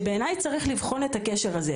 שבעיניי צריך לבחון את הקשר הזה,